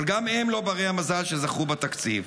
אבל גם הם לא בני המזל שזכו בתקציב.